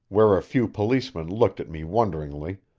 where a few policemen looked at me wonderingly,